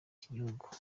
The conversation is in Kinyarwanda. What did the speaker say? gihugu